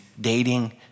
dating